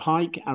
Pike